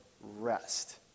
rest